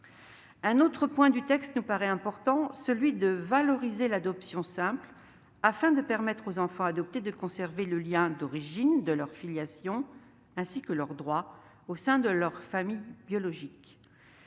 Un autre point du texte nous paraît important : l'idée de valoriser l'adoption simple pour permettre aux enfants adoptés de conserver le lien d'origine de leur filiation ainsi que leurs droits au sein de leur famille biologique.